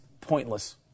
pointless